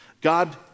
God